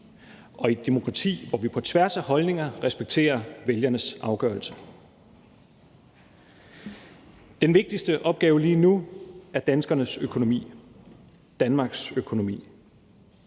i et demokrati, hvor vi på tværs af holdninger respekterer vælgernes afgørelse. Den vigtigste opgave lige nu er danskernes økonomi, altså Danmarks økonomi.